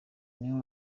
niho